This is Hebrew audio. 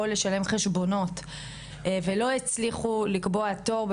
או לשלם חשבונות ולא הצליחו לקבוע תור,